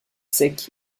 secs